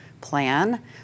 plan